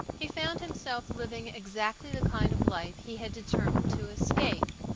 he found himself living exactly the kind of life he had determined to escape.